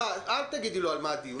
סליחה, אל תגידי לו על מה הדיון.